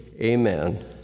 amen